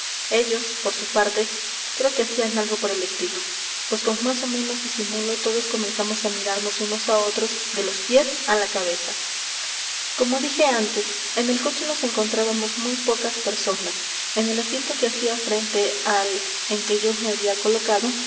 ellos por su parte creo que hacían algo por el estilo pues con más ó menos disimulo todos comenzamos á mirarnos unos á otros de los pies á la cabeza como dije antes en el coche nos encontrábamos muy pocas personas en el asiento que hacía frente al en que yo me había colocado